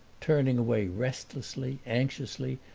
turning away restlessly, anxiously,